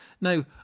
Now